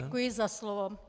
Děkuji za slovo.